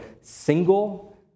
single